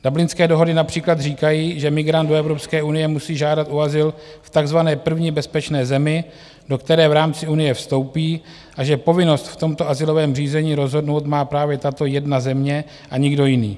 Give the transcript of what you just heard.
Dublinské dohody například říkají, že migrant do Evropské unie musí žádat o azyl v takzvané první bezpečné zemi, do které v rámci Unie vstoupí, a že povinnost v tomto azylovém řízení rozhodnout má právě tato jedna země a nikdo jiný.